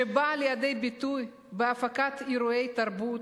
שבאה לידי ביטוי בהפקת אירועי תרבות,